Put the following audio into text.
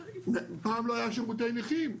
פעם לא היה שירותי נכים,